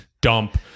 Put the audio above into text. dump